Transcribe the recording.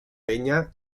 peña